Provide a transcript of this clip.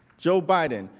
joe biden.